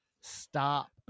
stop